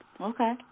Okay